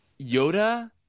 Yoda